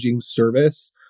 service